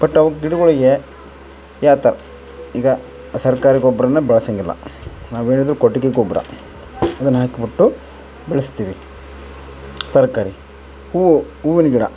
but ಅವ್ಕೆ ಗಿಡಗಳಿಗೆ ಯಾತರ ಈಗ ಸರ್ಕಾರಿ ಗೊಬ್ರಾ ಬಳ್ಸೋಂಗಿಲ್ಲ ನಾವೇನಿದ್ರು ಕೊಟ್ಗೆ ಗೊಬ್ಬರ ಅದನ್ನು ಹಾಕಿಬಿಟ್ಟು ಬೆಳೆಸ್ತೀವಿ ತರಕಾರಿ ಹೂವು ಹೂವಿನ ಗಿಡ